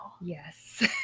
Yes